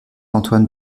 antoine